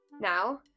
Now